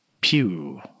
Pew